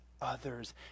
others